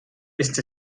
ist